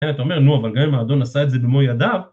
כן, אתה אומר, נו, אבל גם אם האדון עשה את זה במו ידיו...